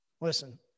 listen